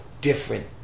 different